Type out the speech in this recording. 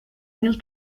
mil